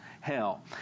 hell